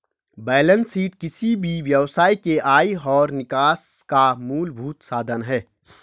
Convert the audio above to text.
balance sheet किसी भी व्यवसाय के आय और निकास का मूलभूत साधन है